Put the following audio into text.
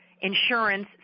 insurance